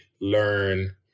learn